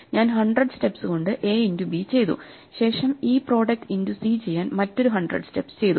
ഞാൻ 100 സ്റ്റെപ്സ് കൊണ്ട് A into B ചെയ്തു ശേഷം ആ പ്രോഡക്ട് ഇന്റു സി ചെയ്യാൻ മറ്റൊരു 100 സ്റ്റെപ്സ് ചെയ്തു